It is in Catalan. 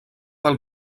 del